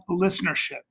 listenership